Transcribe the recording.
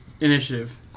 initiative